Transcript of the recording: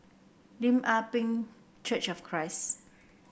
Lim Ah Pin Church of Christ